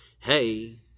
Hey